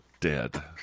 dead